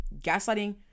gaslighting